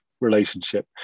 relationship